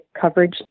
coverage